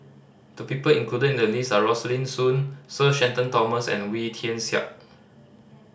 the people included in the list are Rosaline Soon Sir Shenton Thomas and Wee Tian Siak